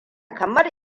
kamar